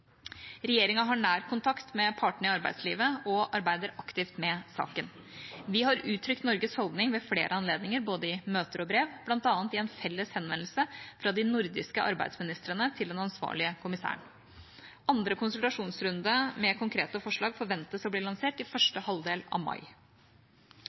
Regjeringa har nær kontakt med partene i arbeidslivet og arbeider aktivt med saken. Vi har uttrykt Norges holdning ved flere anledninger, både i møter og i brev, bl.a. i en felles henvendelse fra de nordiske arbeidsministrene til den ansvarlige kommissæren. Andre konsultasjonsrunde med konkrete forslag forventes å bli lansert i